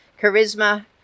Charisma